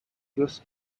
list